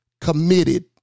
committed